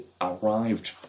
arrived